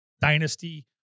dynasty